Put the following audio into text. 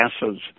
gases